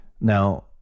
Now